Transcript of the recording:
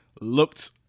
looked